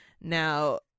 Now